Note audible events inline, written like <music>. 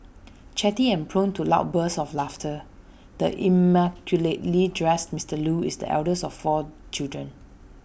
chatty and prone to loud bursts of <noise> laughter the immaculately dressed Mister Loo is the eldest of four children